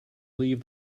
leave